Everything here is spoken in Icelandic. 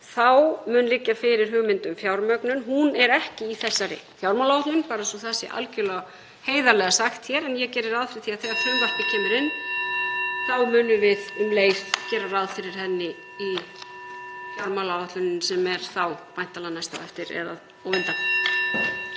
Þá munu liggja fyrir hugmyndir um fjármögnun. Hún er ekki í þessari fjármálaáætlun, bara svo það sé algjörlega heiðarlega sagt hér, en ég geri ráð fyrir því að þegar frumvarpið kemur fram þá munum við um leið gera ráð fyrir henni í fjármálaáætlun, sem er þá væntanlega næst á eftir eða á undan.